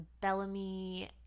Bellamy